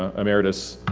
ah emeritus,